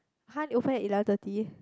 !huh! it open at eleven thirty